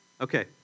Okay